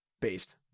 Based